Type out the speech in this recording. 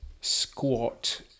squat